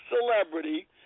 celebrity